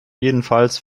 jedenfalls